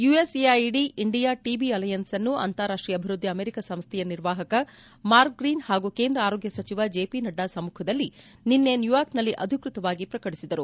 USAID India TB alliance ಅನ್ನು ಅಂತಾರಾಷ್ಟೀಯ ಅಭಿವೃದ್ದಿ ಅಮೆರಿಕಾ ಸಂಸ್ಥೆಯ ನಿರ್ವಾಹಕ ಮಾರ್ಕ್ ಗ್ರೀನ್ ಹಾಗೂ ಕೇಂದ್ರ ಆರೋಗ್ಯ ಸಚಿವ ಜೆ ಪಿ ನಡ್ಡಾ ಸಮ್ಮಖದಲ್ಲಿ ನಿನ್ನೆ ನ್ಯೂಯಾರ್ಕ್ನಲ್ಲಿ ಅಧಿಕೃತವಾಗಿ ಪ್ರಕಟಿಸಿದರು